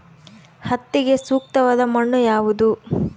ಹತ್ತಿಗೆ ಸೂಕ್ತವಾದ ಮಣ್ಣು ಯಾವುದು?